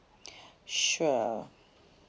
sure